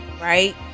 right